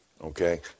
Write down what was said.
Okay